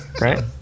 Right